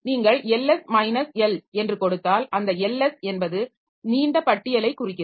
நீங்கள் ls l என்று கொடுத்தால் அந்த ls என்பது நீண்ட பட்டியலைக் குறிக்கிறது